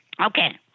Okay